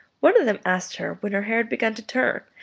one of them asked her when her hair had begun to turn,